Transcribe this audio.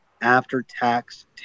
after-tax